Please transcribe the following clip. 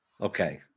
Okay